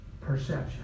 perception